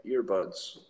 earbuds